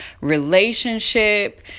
relationship